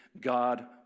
God